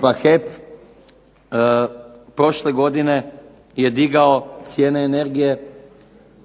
pa HEP prošle godine je digao cijene energije